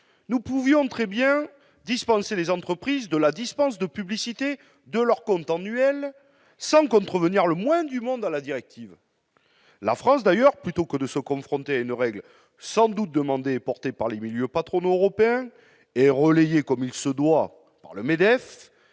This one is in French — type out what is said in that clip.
Nous pouvions très bien dispenser les entreprises de la publicité de leurs comptes annuels sans contrevenir le moins du monde à la directive. La France, d'ailleurs, plutôt que de se conformer à une règle sans doute demandée et portée par les milieux patronaux européens et relayée, comme il se doit, par le MEDEF,